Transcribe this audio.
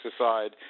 aside